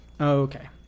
okay